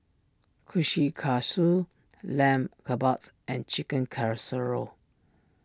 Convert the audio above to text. Kushikatsu Lamb Kebabs and Chicken Casserole